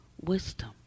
wisdom